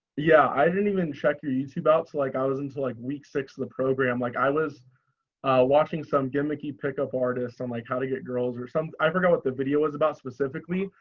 yeah, i didn't even check your youtube outs like i was until like week six of the program like i was watching some gimmicky pickup artists on like how to get girls or something. i forget what the video was about specifically,